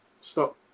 stop